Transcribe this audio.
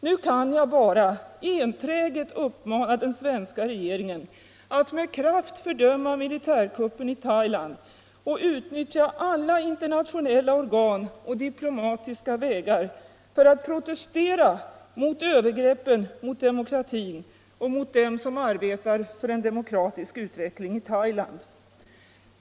Nu kan jag bara enträget uppmana den svenska regeringen att med kraft fördöma militärkuppen i Thailand samt att 'utnyttja alla internationella organ och diplomatiska vägar för att protestera mot övergreppen gentemot demokratin och dem som arbetar för en demokratisk utveckling Allmänpolitisk debatt Allmänpolitisk debatt i Thailand.